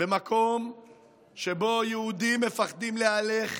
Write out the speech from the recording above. במקום שבו יהודים מפחדים להלך